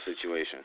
situation